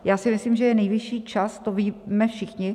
Já si myslím, že je nejvyšší čas, to víme všichni.